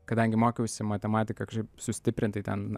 kadangi mokiausi matematiką kažkaip sustiprintai ten